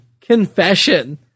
Confession